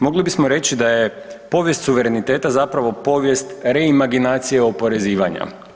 Mogli bismo reći da je povijest suvereniteta zapravo povijest reimaginacije oporezivanja.